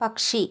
പക്ഷി